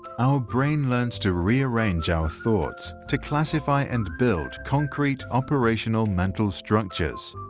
our brain learns to rearrange our thoughts to classify and build concrete operational mental structures.